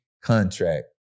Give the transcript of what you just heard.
contract